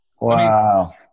Wow